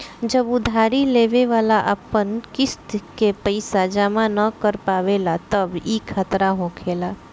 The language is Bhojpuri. जब उधारी लेवे वाला अपन किस्त के पैसा जमा न कर पावेला तब ई खतरा होखेला